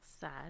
sad